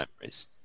memories